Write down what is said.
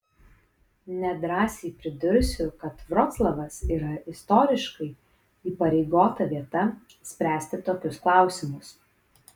nedrąsiai pridursiu kad vroclavas yra istoriškai įpareigota vieta spręsti tokius klausimus